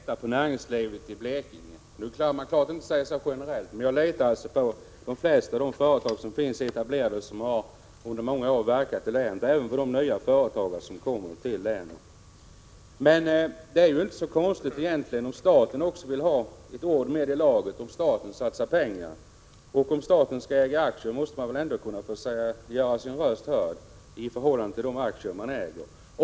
Herr talman! Jag litar på näringslivet i Blekinge. Det är klart att man inte kan uttala sig generellt, men jag litar på de flesta av de företag som finns etablerade och som under många år har verkat i länet och även på de nya företag som kommer. Det är väl inte så konstigt om staten också vill ha ett ord med i laget om man satsar pengar. Om staten skall äga aktier måste man väl ändå kunna få göra sin röst hörd i proposition till de aktier man äger.